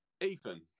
Ethan